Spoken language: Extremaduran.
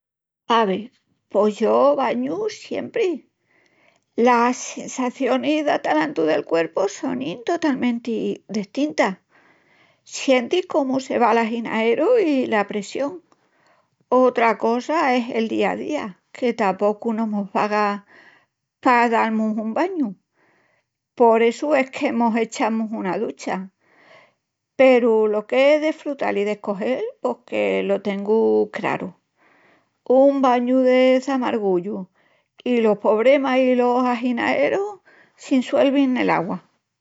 Ave, pos yo bañu siempri, las sensacionis d'atalantu del cuerpu sonin totalmentl destintas. Sientis comu se va l'aginaeru i l'apressión. Otra cosa es el día a día que tapocu no mos vaga pa dal-mus un bañu. Por essu es que mos echamus una ducha, peru lo qu'es desfrutal i descogel, pos que lo tengu craru. Un bañu de çamargullu i los pobremas i los aginaerus s'insuelvin nel augua!